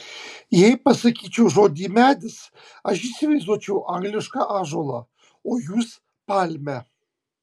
jei pasakyčiau žodį medis aš įsivaizduočiau anglišką ąžuolą o jūs palmę